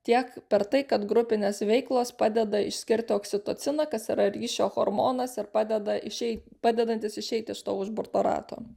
tiek per tai kad grupinės veiklos padeda išskirti oksitociną kas yra ryšio hormonas ir padeda išeit padedantis išeiti iš to užburto rato